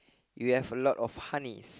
you have a lot of honeys